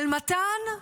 על מתן,